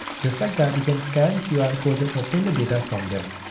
just like that, you can scan qr codes and obtain the data from them.